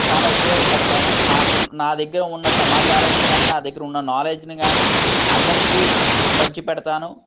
చాలా ఉపయోగపడతాను నాకున్న నా దగ్గర ఉన్న సమాచారాన్ని కాని నా దగ్గర ఉన్న నాలెడ్జ్ని కాని అందరికి పంచిపెడతాను